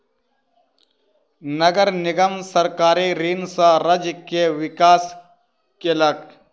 नगर निगम सरकारी ऋण सॅ राज्य के विकास केलक